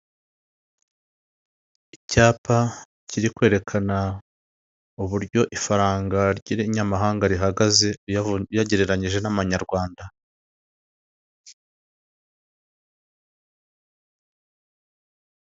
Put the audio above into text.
Icyapa kiri kwerekana uburyo ifaranga ry'irinyamahanga rihagaze uyagereranyije n'amanyarwanda.